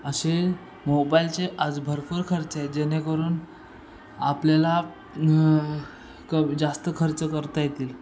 असे मोबाईलचे आज भरपूर खर्च आहेत जेणेकरून आपल्याला क जास्त खर्च करता येतील